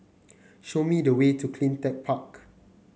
show me the way to CleanTech Park